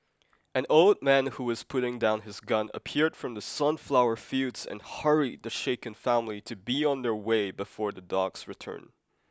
an old man who was putting down his gun appeared from the sunflower fields and hurried the shaken family to be on their way before the dogs return